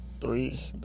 three